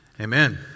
Amen